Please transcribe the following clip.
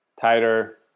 tighter